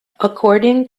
according